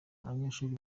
abanyeshuri